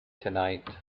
tonight